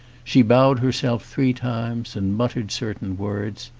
she bowed herself three times and muttered certain words.